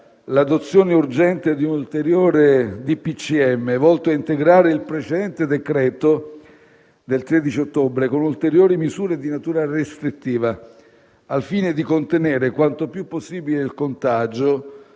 del Consiglio dei ministri volto integrare il precedente decreto del 13 ottobre con ulteriori misure di natura restrittiva, al fine di contenere quanto più possibile il contagio